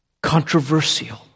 controversial